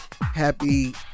Happy